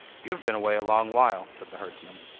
you have been away a long while said the herdsman.